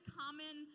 common